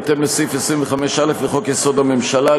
בהתאם לסעיף 25(א) לחוק-יסוד: הממשלה,